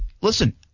listen